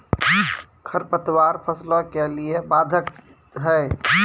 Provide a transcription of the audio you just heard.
खडपतवार फसलों के लिए बाधक हैं?